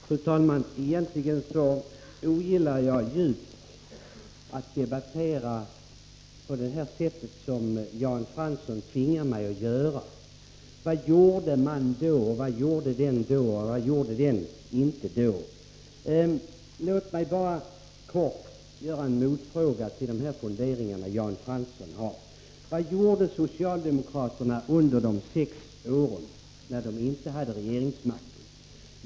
Fru talman! Egentligen ogillar jag djupt att debattera på det sätt som Jan Fransson tvingar mig göra: vad gjorde den då, och vad gjorde den inte då. Låt mig bara kort ställa en motfråga: Vad gjorde socialdemokraterna under de sex år när de inte hade regeringsmakten?